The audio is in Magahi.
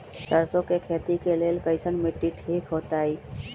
सरसों के खेती के लेल कईसन मिट्टी ठीक हो ताई?